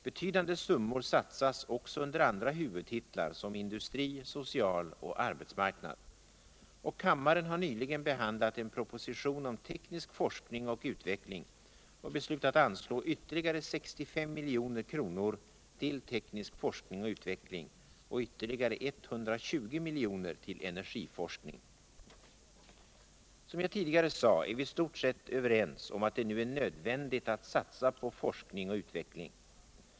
Betydande summor satsas också under andra huvudtilar som industri, social och arbetsmarknad. Och kammaren har nyligen behandlat en proposition om teknisk forskning och utveckling och beslutat anslå ytterligare 65 milj.kr. ull teknisk forskning och utveckling och vtterligare 120 milj.kr. ull energiforskning. Som jag tidigare sade är vi i stort överens om att det nu är nödvändigt att salsa på forskning och utveckling.